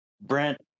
Brent